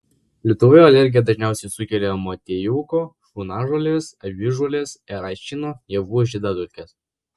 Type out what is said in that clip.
lietuvoje alergiją dažniausiai sukelia motiejuko šunažolės avižuolės eraičino javų žiedadulkės